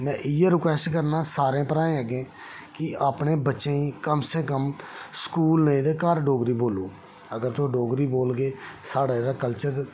में इ'यै रिक्वैस्ट करना सारें भ्राएं अग्गे कि अपने बच्चे गी कम्म से कम्म स्कूल नेईं ते घर डोगरी बोलो अगर तुस डोगरी बोलगे साढ़ा जेह्ड़ा कल्चर ऐ